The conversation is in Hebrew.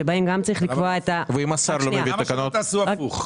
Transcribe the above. שבהן גם צריך לקבוע --- למה שלא תעשו הפוך?